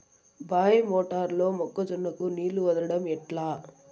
బాయి మోటారు లో మొక్క జొన్నకు నీళ్లు వదలడం ఎట్లా?